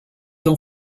d’en